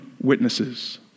witnesses